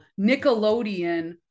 Nickelodeon